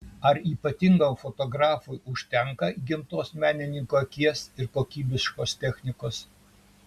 ar ypatingam fotografui užtenka įgimtos menininko akies ir kokybiškos technikos